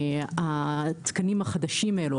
התקנים החדשים האלה,